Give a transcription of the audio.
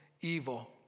evil